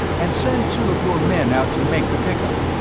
and send two of your men out to make the pick-up.